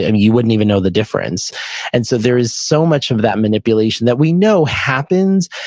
and you wouldn't even know the difference and so there is so much um of that manipulation that we know happens.